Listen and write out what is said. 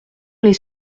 les